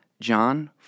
John